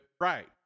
right